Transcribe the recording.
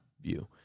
view